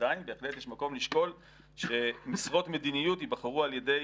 עדיין בהחלט יש מקום לשקול שמשרות מדיניות ייבחרו על ידי